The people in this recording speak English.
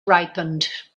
ripened